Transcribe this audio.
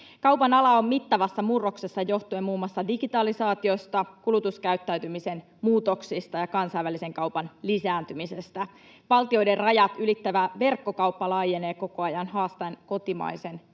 Kaupan ala on mittavassa murroksessa johtuen muun muassa digitalisaatiosta, kulutuskäyttäytymisen muutoksista ja kansainvälisen kaupan lisääntymisestä. Valtioiden rajat ylittävä verkkokauppa laajenee koko ajan haastaen kotimaisen